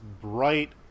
bright